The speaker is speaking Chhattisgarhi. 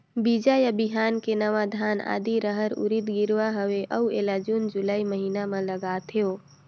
बीजा या बिहान के नवा धान, आदी, रहर, उरीद गिरवी हवे अउ एला जून जुलाई महीना म लगाथेव?